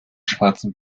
schwarzen